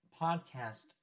podcast